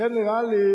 לכן, נראה לי